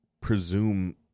presume